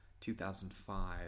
2005